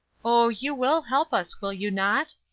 oh, you will help us, will you not?